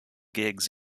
gigs